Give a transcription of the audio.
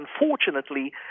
unfortunately